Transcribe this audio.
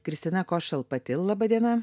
kristina košalpati laba diena